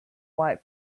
white